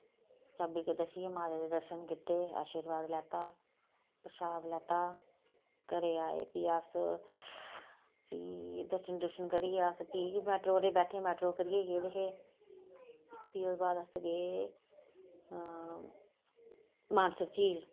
चाब्बी दस्सियै माता दे दर्शन कीते ते आशीर्बाद लैता प्रशाद लैता घर आए फ्ही अस फ्ही दर्शन दुर्शन करियै अस फ्ही बी मैटाडोरे च बैट्ठे मैटाडोरे करियै गेदे हे फ्ही ओह्दे बाद अस गे मानसर झील